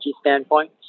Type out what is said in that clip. standpoint